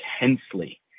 intensely